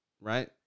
right